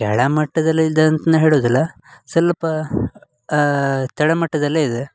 ಕೆಳಮಟ್ಟದಲ್ಲಿ ಇದೆ ಅಂತ ನ ಹೇಳುವುದಿಲ್ಲ ಸ್ವಲ್ಪ ತಳಮಟ್ಟದಲ್ಲೇ ಇದೆ